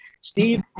Steve